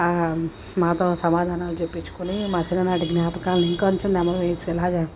మాతో సమాధానాలు చెప్పించుకుని మా చిన్ననాటి జ్ఞాపకాలని ఇంకొంచెం నెమరు వేసేలాగా